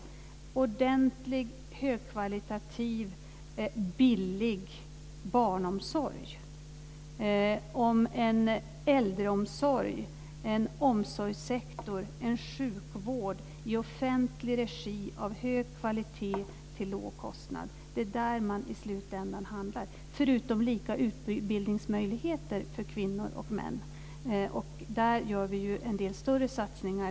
Det är i slutändan fråga om ordentlig högkvalitativ och billig barnomsorg, äldreomsorg, omsorgssektor och sjukvård i offentlig regi, förutom lika utbildningsmöjligheter för kvinnor och män. Där gör vi bl.a. i år en del större satsningar.